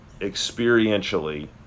experientially